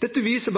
Dette viser